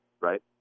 right